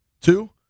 Two